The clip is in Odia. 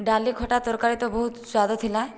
ଡାଲି ଖଟା ତରକାରୀ ତ ବହୁତ ସ୍ୱାଦ ଥିଲା